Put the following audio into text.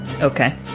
Okay